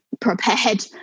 prepared